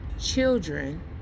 children